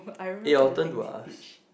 yeah will turn to us